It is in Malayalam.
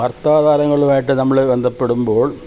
വാർത്താ താരങ്ങളുമായിട്ട് നമ്മൾ ബന്ധപ്പെടുമ്പോൾ